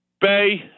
bay